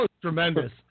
tremendous